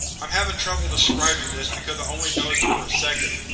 i'm having trouble describing this because i only noticed it for a second.